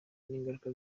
n’ingaruka